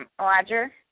Roger